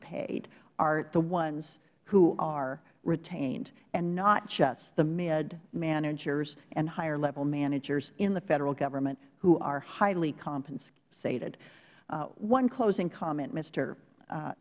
paid are the ones who are retained and not just the midmanagers and higher level managers in the federal government who are highly compensated one closing comment m